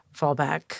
fallback